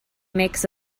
makes